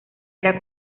era